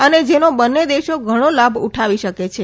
અને જેનો બંને દેશો ઘણો લાભ ઉઠાવી શકે છે